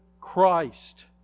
Christ